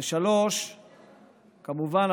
כמובן,